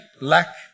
lack